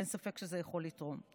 ואין ספק שזה יכול לתרום: